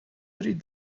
treat